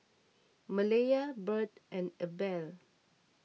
Malaya Bird and Abel